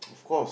of course